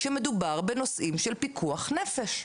כשמדובר בנושאים של פיקוח נפש.